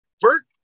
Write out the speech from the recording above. Bert